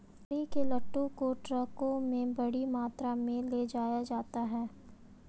लकड़ी के लट्ठों को ट्रकों में बड़ी मात्रा में ले जाया जाता है